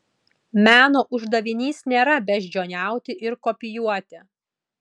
meno uždavinys nėra beždžioniauti ir kopijuoti